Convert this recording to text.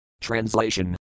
Translation